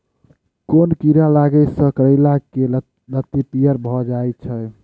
केँ कीड़ा लागै सऽ करैला केँ लत्ती पीयर भऽ जाय छै?